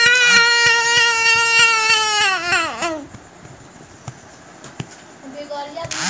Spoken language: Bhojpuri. झाड़ी एक तरह के छोट छोट पौधा अउरी पतई के बागवानी के जइसन होला